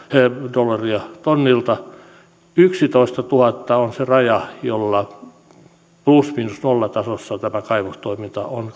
dollaria tonnilta yksitoistatuhatta on se raja jolla plus miinus nolla tasossa tämä kaivostoiminta on